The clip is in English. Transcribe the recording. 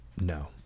No